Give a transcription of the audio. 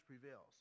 prevails